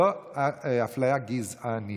זו אפליה גזענית,